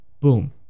boom